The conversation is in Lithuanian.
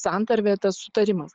santarvė tas sutarimas